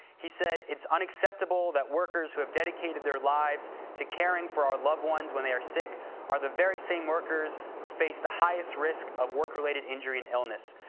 he said it's unacceptable that workers who have dedicated their lives to caring for our loved ones when they are sick are the very same workers who face the highest risk of work-related injury and illness.